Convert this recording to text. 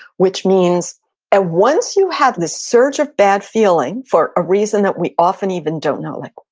which means at once you have this surge of bad feeling for a reason that we often even don't know like,